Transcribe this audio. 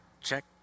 check